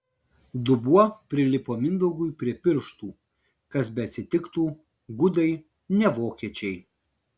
dubuo prilipo mindaugui prie pirštų kas beatsitiktų gudai ne vokiečiai